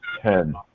ten